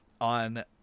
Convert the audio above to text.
on